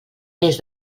més